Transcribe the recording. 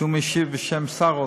שמשיב בשם שר האוצר.